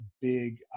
big